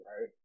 right